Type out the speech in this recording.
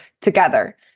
together